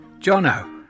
Jono